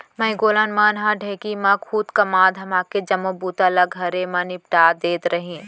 माइलोगन मन ह ढेंकी म खुंद कमा धमाके जम्मो बूता ल घरे म निपटा देत रहिन